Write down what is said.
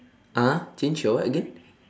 (uh huh) change your what again